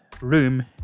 room